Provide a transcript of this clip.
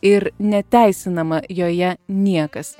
ir neteisinama joje niekas